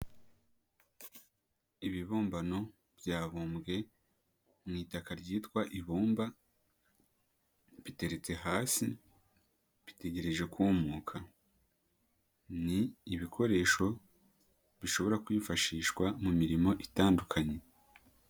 Ibibumbano byabumbwe mu itaka ryitwa, ibumba biteretse hasi, bitegereje kumuka. Ni ibikoresho bishobora kwifashishwa mu mirimo itandukanye.